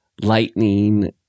lightning